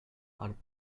are